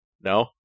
No